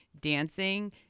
dancing